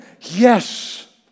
Yes